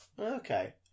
okay